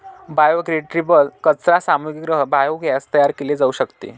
biodegradable कचरा सामग्रीसह biogas तयार केले जाऊ शकते